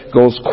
goes